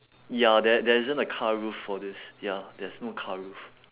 ya there there isn't a car roof for this ya there's no car roof